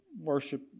worship